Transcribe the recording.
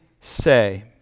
say